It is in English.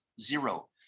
zero